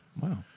Wow